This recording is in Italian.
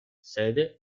sede